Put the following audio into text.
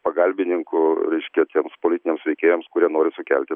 pagalbininkų reiškia tiems politiniams veikėjams kurie nori sukelti